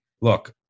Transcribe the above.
look